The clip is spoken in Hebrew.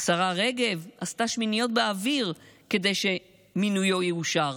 השרה רגב עשתה שמיניות באוויר כדי שמינויו יאושר.